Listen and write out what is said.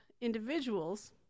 individuals